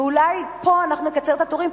ואולי פה אנחנו נקצר את התורים,